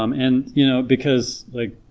um and you know because like